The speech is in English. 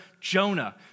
Jonah